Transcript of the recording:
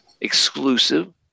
exclusive